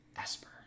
Esper